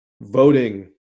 Voting